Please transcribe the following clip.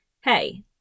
Hey